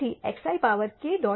તેથી xi power k